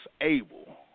able